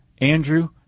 Andrew